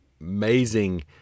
amazing